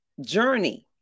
journey